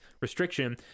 restriction